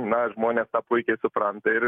na žmonės tą puikiai supranta ir